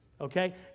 Okay